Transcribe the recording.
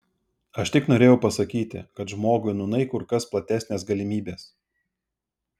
aš tik norėjau pasakyti kad žmogui nūnai kur kas platesnės galimybės